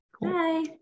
Bye